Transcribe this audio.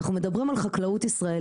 אנחנו מדברים על חקלאות ישראלית.